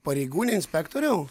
pareigūne inspektoriau